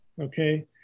okay